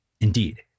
Indeed